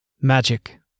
Magic